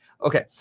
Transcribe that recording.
Okay